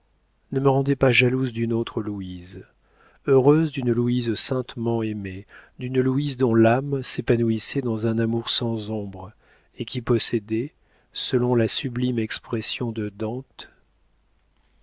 ne me rendez pas jalouse d'une autre louise heureuse d'une louise saintement aimée d'une louise dont l'âme s'épanouissait dans un amour sans ombre et qui possédait selon la sublime expression de dante